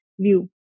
view